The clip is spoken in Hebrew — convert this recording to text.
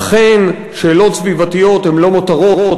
אכן שאלות סביבתיות הן לא מותרות,